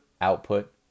output